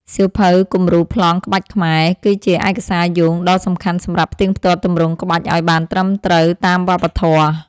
សៀវភៅគំរូប្លង់ក្បាច់ខ្មែរ គឺជាឯកសារយោងដ៏សំខាន់សម្រាប់ផ្ទៀងផ្ទាត់ទម្រង់ក្បាច់ឱ្យបានត្រឹមត្រូវតាមវប្បធម៌។